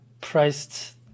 priced